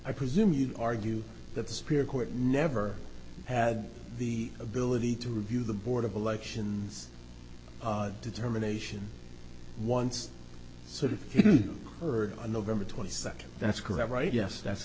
i presume you argue that the spirit court never had the ability to review the board of elections determination once sort of heard on november twenty second that's correct right yes that's